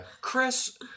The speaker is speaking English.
Chris